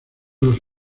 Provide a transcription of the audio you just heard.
los